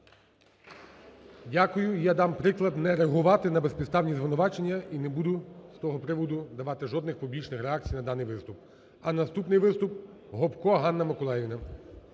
Дякую. Я дам приклад не реагувати на безпідставні звинувачення і не буду з того приводу давати жодних публічних реакцій на даний виступ. А наступний виступ Гопко Ганна Миколаївна.